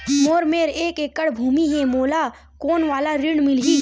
मोर मेर एक एकड़ भुमि हे मोला कोन वाला ऋण मिलही?